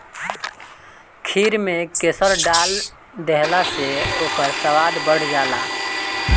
खीर में केसर डाल देहला से ओकर स्वाद बढ़ जाला